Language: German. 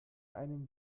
einen